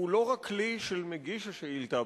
הוא לא רק כלי של מגיש השאילתא,